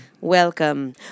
Welcome